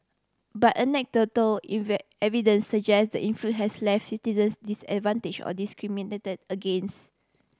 but anecdotal evidence suggest the influx has left citizens disadvantage or discriminated against